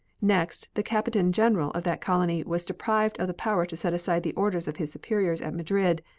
next, the captain-general of that colony was deprived of the power to set aside the orders of his superiors at madrid,